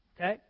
Okay